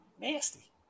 Nasty